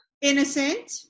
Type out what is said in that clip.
Innocent